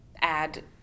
add